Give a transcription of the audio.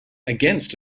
against